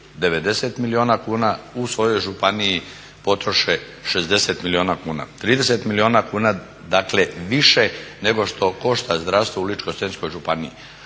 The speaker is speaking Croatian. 90 milijuna kuna, u svojoj županiji potroše 60 milijuna kuna. 30 milijuna kuna dakle više nego što košta zdravstvo u Ličko-senjskoj županiji.